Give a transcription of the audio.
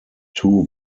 two